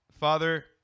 Father